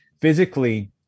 physically